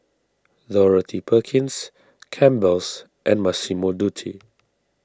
Dorothy Perkins Campbell's and Massimo Dutti